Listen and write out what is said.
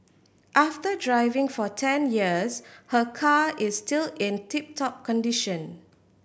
after driving for ten years her car is still in tip top condition